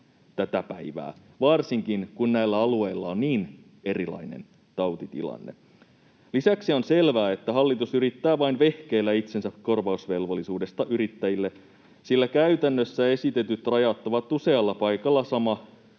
tätä päivää, varsinkaan kun näillä alueilla on niin erilainen tautitilanne. Lisäksi on selvää, että hallitus yrittää vain vehkeillä itsensä korvausvelvollisuudesta yrittäjille, sillä käytännössä esitetyt rajat ovat usealla paikalla